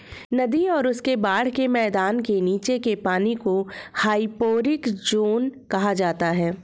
नदी और उसके बाढ़ के मैदान के नीचे के पानी को हाइपोरिक ज़ोन कहा जाता है